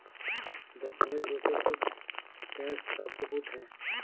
दक्षिणी ध्रुव के कुछ पेड़ सॉफ्टवुड हैं